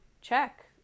check